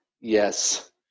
Yes